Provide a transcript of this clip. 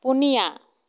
ᱯᱩᱱᱤᱭᱟ